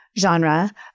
genre